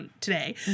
today